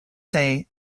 say